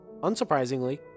Unsurprisingly